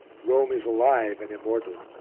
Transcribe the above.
rome is alive and immortal.